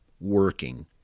working